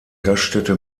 gaststätte